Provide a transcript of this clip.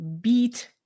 beat